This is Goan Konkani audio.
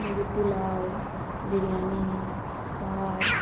मागीर पुलाव बिरयानी सार